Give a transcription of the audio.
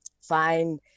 Fine